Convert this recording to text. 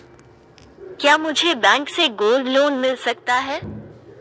क्या मुझे बैंक से गोल्ड लोंन मिल सकता है?